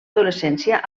adolescència